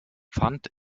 pfand